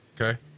Okay